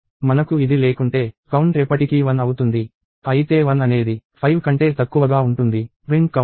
మనకు ఇది లేకుంటే కౌంట్ ఎప్పటికీ 1 అవుతుంది అయితే 1 అనేది 5 కంటే తక్కువగా ఉంటుంది ప్రింట్ కౌంట్